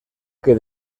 que